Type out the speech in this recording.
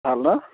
ভাল ন